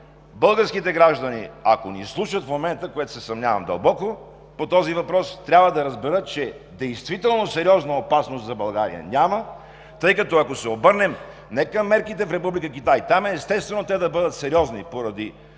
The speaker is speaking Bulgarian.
Българските граждани, ако ни слушат в момента, в което се съмнявам дълбоко, по този въпрос, трябва да разберат, че действително сериозна опасност за България няма. Ако се обърнем не към мерките в Република Китай – там е естествено да бъдат сериозни поради